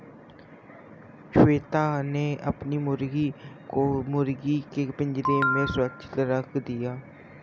श्वेता ने अपनी मुर्गी को मुर्गी के पिंजरे में सुरक्षित रख दिया